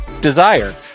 Desire